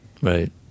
Right